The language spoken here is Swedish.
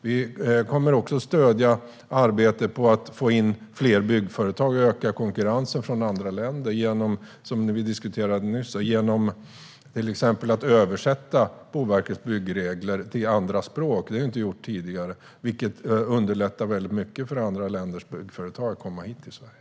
Vi kommer vidare att stödja arbetet med att få in fler byggföretag och öka konkurrensen från andra länder. Vi gör det genom att exempelvis översätta Boverkets byggregler till andra språk, något vi diskuterade nyss. Detta har inte gjorts tidigare, och det kommer att underlätta mycket för andra länders byggföretag att komma till Sverige.